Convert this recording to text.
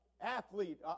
athlete